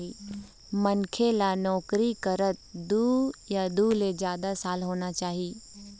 मनखे ल नउकरी करत दू या दू ले जादा साल होना चाही